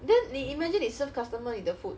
then 你 imagine 你 serve customer 你的 food